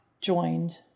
joined